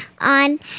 on